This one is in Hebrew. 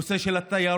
בנושא של התיירות,